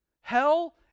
hell